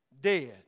dead